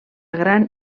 gran